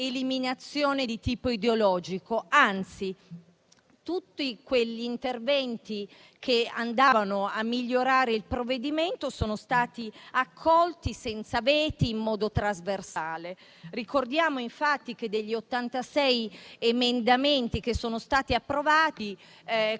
un'eliminazione di tipo ideologico. Anzi, tutti gli interventi che miglioravano il provvedimento sono stati accolti senza veti in modo trasversale. Ricordiamo infatti che, degli ottantasei emendamenti che sono stati approvati,